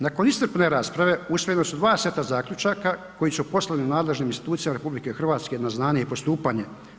Nakon iscrpne rasprave usvojena su dva seta zaključaka koji su poslani nadležnim institucijama RH na znanje i postupanje.